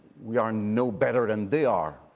we are no better than they are,